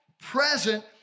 present